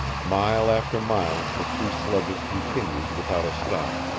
mile after mile the two sledges continued without a stop.